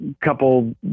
couple